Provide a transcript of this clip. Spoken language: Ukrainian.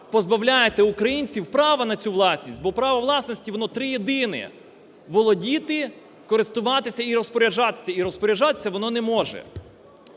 позбавляєте українців права на цю власність. Бо право власності, воно триєдине: володіти, користуватися і розпоряджатися. І розпоряджатися воно не може